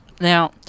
Now